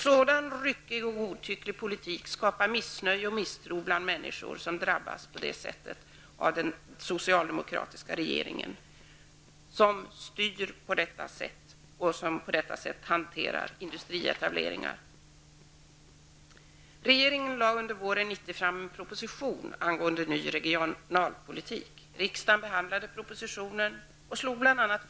Sådan ryckig och godtycklig politik skapar missnöje och misstro bland människor som på detta vis drabbas av den socialdemokratiska regeringens sätt att styra och hantera industrietableringar. Regeringen lade under våren 1990 fram en proposition angående ny regionalpolitik.